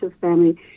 family